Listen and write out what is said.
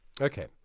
Okay